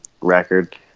record